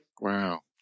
Wow